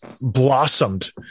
blossomed